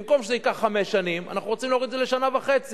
במקום שזה ייקח חמש שנים אנחנו רוצים להוריד את זה לשנה וחצי.